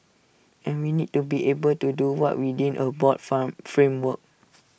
and we need to be able to do what within A broad from framework